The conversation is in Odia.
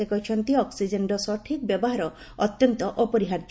ସେ କହିଛନ୍ତି ଅକୁଜେନ୍ର ସଠିକ୍ ବ୍ୟବହାର ଅତ୍ୟନ୍ତ ଅପରିହାର୍ଯ୍ୟ